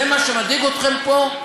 זה מה שמדאיג אתכם פה?